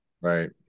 Right